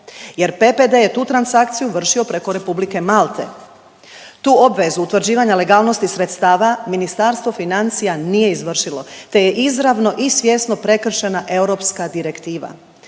jer PPD je tu transakciju vršio preko Republike Malte. Tu obvezu utvrđivanju legalnosti sredstava Ministarstvo financija nije izvršilo, te je izravno i svjesno prekršena europska direktiva.